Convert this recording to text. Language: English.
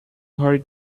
hurried